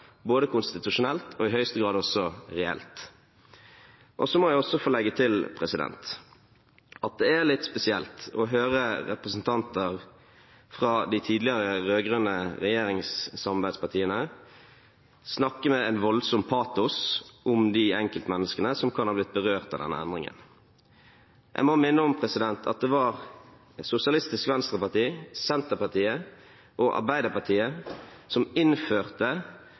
både konstitusjonelt og i høyeste grad også reelt. Jeg må også få legge til at det er litt spesielt å høre representanter fra de tidligere rød-grønne regjeringssamarbeidspartiene snakke med en voldsom patos om de enkeltmenneskene som kan ha blitt berørt av denne endringen. Jeg må minne om at det var Sosialistisk Venstreparti, Senterpartiet og Arbeiderpartiet som innførte